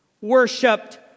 worshipped